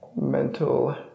mental